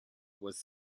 was